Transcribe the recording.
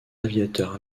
aviateurs